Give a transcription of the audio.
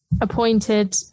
appointed